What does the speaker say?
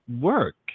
work